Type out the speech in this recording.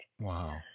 Wow